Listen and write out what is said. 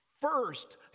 first